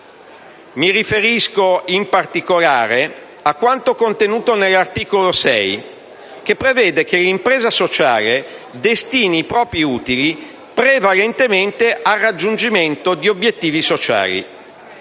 Mi riferisco, in particolare, a quanto contenuto nell'articolo 6, che prevede che l'impresa sociale destini i propri utili prevalentemente al raggiungimento di obiettivi sociali.